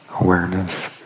awareness